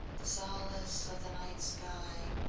solace of the night sky,